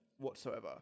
whatsoever